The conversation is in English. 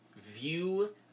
view